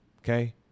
Okay